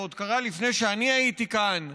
זה עוד קרה לפני שאני הייתי כאן,